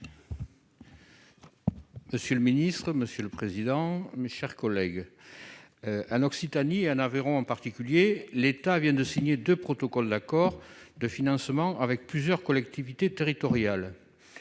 Monsieur le ministre, monsieur le président, mes chers collègues à l'Occitanie en Aveyron, en particulier l'État vient de signer 2 protocoles d'accord de financement avec plusieurs collectivités territoriales